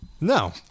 No